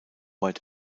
weit